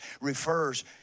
refers